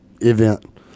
event